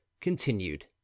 Continued